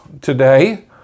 today